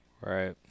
right